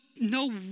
No